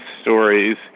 stories